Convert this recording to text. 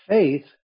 Faith